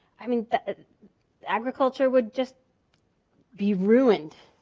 i mean agriculture would just be ruined,